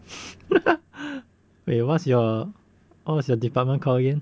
wait what's your what's your department called again